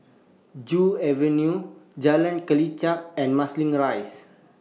Joo Avenue Jalan Kelichap and Marsiling Rise